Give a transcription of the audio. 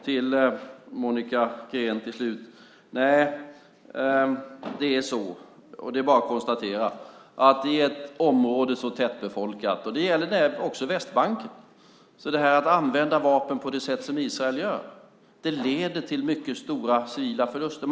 Till Monica Green: Nej, det är bara att konstatera att i ett så tättbefolkat område - det gäller också Västbanken - använda vapen på det sätt som Israel gör leder till mycket stora civila förluster.